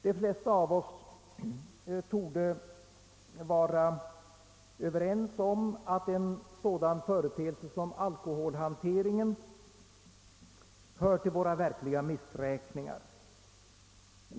De flesta av oss torde vara ense om att en sådan företeelse som alkoholhanteringen hör till våra stora missräkningar.